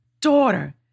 daughter